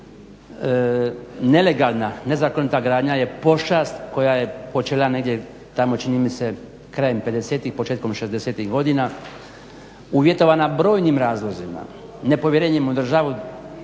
Nelegalna, nezakonita gradnja je pošast koja je počela negdje tamo čini mi se krajem '50.-tih, početkom '60.-tih godina uvjetovana brojnim razlozima: nepovjerenjem u državu,